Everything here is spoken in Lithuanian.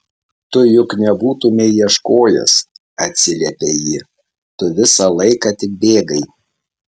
tu juk nebūtumei ieškojęs atsiliepia ji tu visą laiką tik bėgai